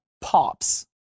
pops